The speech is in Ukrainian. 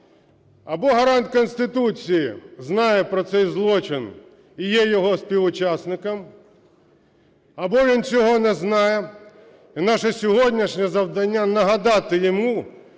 або гарант Конституції знає про цей злочин і є його співучасником, або він цього не знає, і наше сьогоднішнє завдання нагадати йому,